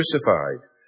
crucified